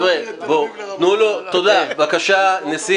בבקשה, נשיא